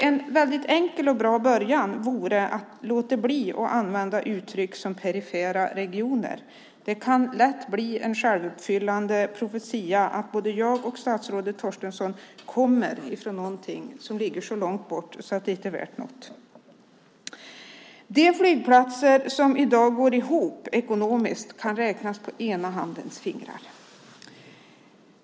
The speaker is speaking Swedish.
En enkel och bra början vore att låta bli att använda uttryck som "perifera regioner". Det kan lätt bli en självuppfyllande profetia. Det låter då som att både jag och statsrådet Torstensson kommer från platser som ligger så långt borta att de inte är värda något. De flygplatser som har en ekonomi som går ihop kan räknas på ena handens fingrar.